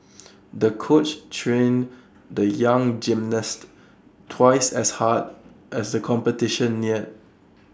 the coach trained the young gymnast twice as hard as the competition neared